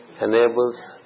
enables